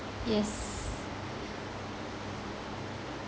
yes